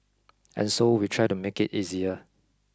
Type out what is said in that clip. and so we try to make it easier